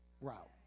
route